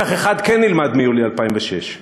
לקח אחד כן נלמד מיולי 2006: